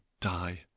die